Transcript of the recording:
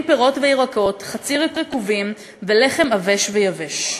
פירות וירקות חצי רקובים ולחם עבש ויבש.